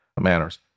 manners